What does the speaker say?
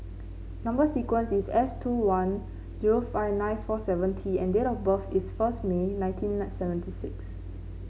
number sequence is S two one zero five nine four seven T and date of birth is first May nineteen seventy six